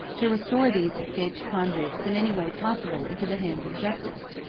to restore these escaped convicts in any way possible into the hands of justice,